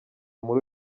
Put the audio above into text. muri